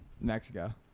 Mexico